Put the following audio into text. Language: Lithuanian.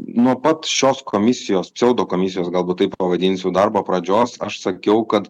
nuo pat šios komisijos psiaudo komisijos galbūt taip pavadinsiu darbo pradžios aš sakiau kad